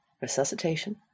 resuscitation